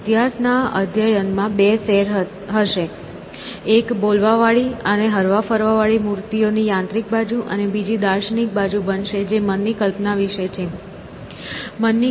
તેથી ઇતિહાસના અધ્યયનમાં બે સેર હશે એક બોલવાવાળી અને હરવા ફરવા વાળી મૂર્તિઓ ની યાંત્રિક બાજુ અને બીજી દાર્શનિક બાજુ બનશે જે મનની કલ્પના વિશે છે મનની કલ્પના કેવી રીતે આવે છે